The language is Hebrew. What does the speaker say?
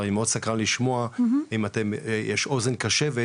אני מאוד סקרן לשמוע אם יש אוזן קשבת